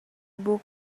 book